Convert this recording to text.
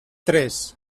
tres